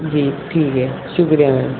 جی ٹھیک ہے شکریہ میم